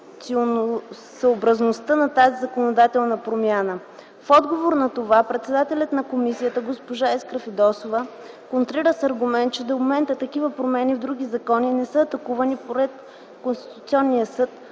на тази законодателна промяна. В отговор на това председателят на комисията госпожа Искра Фидосова контрира с аргумент, че до момента такива промени в други закони не са атакувани пред Конституционния съд